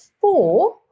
four